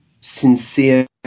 sincere